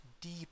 deep